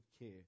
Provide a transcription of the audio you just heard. care